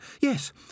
Yes